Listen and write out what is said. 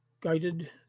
guided